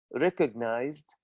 recognized